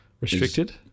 restricted